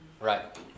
right